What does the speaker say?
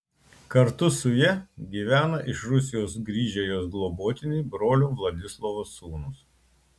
kartu su ja gyvena ir iš rusijos grįžę jos globotiniai brolio vladislovo sūnūs